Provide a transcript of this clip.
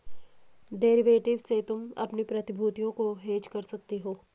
derivative से तुम अपनी प्रतिभूतियों को हेज कर सकते हो